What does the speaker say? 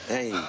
Hey